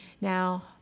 Now